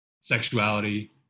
sexuality